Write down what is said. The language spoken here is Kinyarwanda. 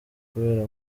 kubera